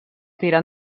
tirar